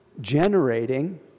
generating